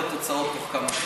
נראה את התוצאות תוך כמה שנים.